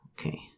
Okay